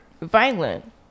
violent